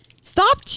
stop